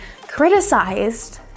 criticized